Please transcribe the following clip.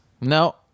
No